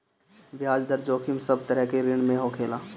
बियाज दर जोखिम सब तरह के ऋण में होखेला